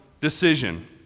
decision